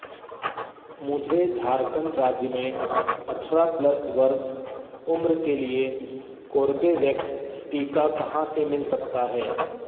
मुझे झारखंड राज्य में अठारह प्लस वर्ष उम्र के लिए कोर्बेवैक्स टीका कहाँ से मिल सकता है